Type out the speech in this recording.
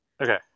Okay